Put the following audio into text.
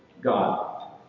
God